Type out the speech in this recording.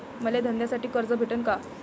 मले धंद्यासाठी कर्ज भेटन का?